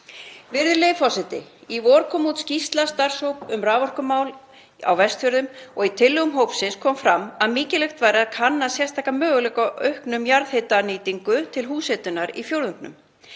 Virðulegi forseti. Í vor kom út skýrsla starfshóps um raforkumál á Vestfjörðum og í tillögum hópsins kom fram að mikilvægt væri að kanna sérstaklega möguleika á aukinni jarðhitanýtingu til húshitunar í fjórðungnum.